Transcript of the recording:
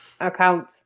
account